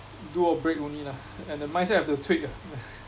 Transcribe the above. do or break only lah and the mindset have to tweak ah